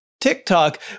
TikTok